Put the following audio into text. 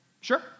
Sure